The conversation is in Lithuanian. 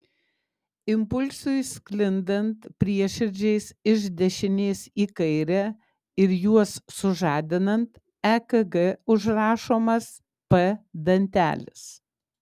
impulsui sklindant prieširdžiais iš dešinės į kairę ir juos sužadinant ekg užrašomas p dantelis